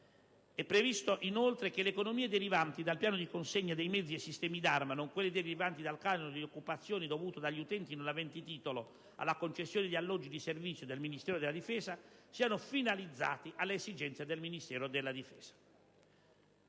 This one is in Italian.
È previsto, inoltre, che le economie derivanti dal piano di consegna dei mezzi e sistemi d'arma, nonché derivanti dal canone di occupazione dovuto dagli utenti non aventi titolo alla concessione di alloggi di servizio del Ministero della difesa siano finalizzate alle esigenze del Ministero della difesa.